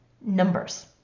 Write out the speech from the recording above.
numbers